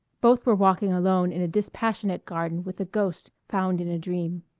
both were walking alone in a dispassionate garden with a ghost found in a dream.